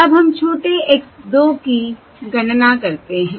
अब हम छोटे x 2 की गणना करते हैं